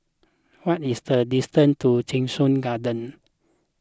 what is the distance to Cheng Soon Garden